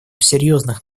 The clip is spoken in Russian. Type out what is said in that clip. серьезных